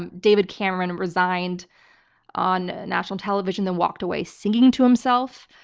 and david cameron resigned on national television and walked away singing to himself.